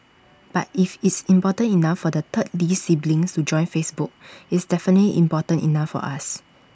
but if it's important enough for the third lee sibling to join Facebook it's definitely important enough for us